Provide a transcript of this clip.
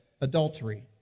adultery